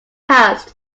passed